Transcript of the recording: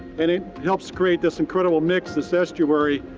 and it helps create this incredible mix, this estuary.